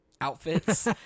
outfits